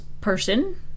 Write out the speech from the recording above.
person